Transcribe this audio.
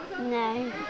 No